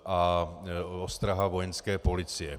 A ostraha Vojenské policie.